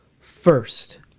first